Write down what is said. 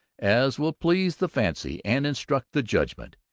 as will please the fancy and instruct the judgment.